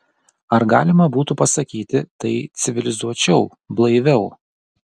ar galima būtų pasakyti tai civilizuočiau blaiviau